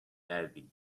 eddie